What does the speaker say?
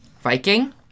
viking